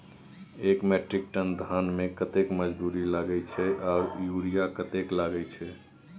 एक metric ton धान में कतेक मजदूरी लागे छै आर यूरिया कतेक लागे छै?